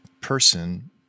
person